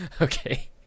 Okay